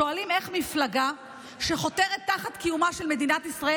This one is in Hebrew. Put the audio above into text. שואלים איך מפלגה שחותרת תחת קיומה של מדינת ישראל